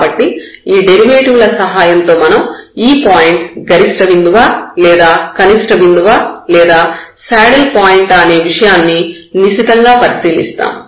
కాబట్టి ఈ డెరివేటివ్ ల సహాయంతో మనం ఈ పాయింట్ గరిష్ఠ బిందువా లేదా కనిష్ట బిందువా లేదా శాడిల్ పాయింటా అనే విషయాన్ని నిశితంగా పరిశీలిస్తాము